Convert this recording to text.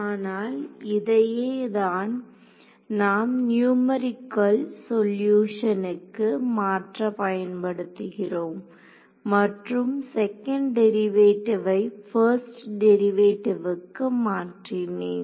ஆனால் இதையே தான் நாம் நியூமெரிக்கல் சொல்யூஷனுக்கு மாற்ற பயன்படுத்துகிறோம் மற்றும் செகண்ட் டெரிவேட்டிவை பர்ஸ்ட் டெரிவேட்டிவுக்கு மாற்றினேன்